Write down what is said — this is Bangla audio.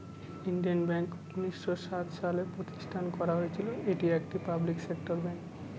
ইন্ডিয়ান ব্যাঙ্ক উনিশশো সাত সালে প্রতিষ্ঠান করা হয়েছিল এটি একটি পাবলিক সেক্টর ব্যাঙ্ক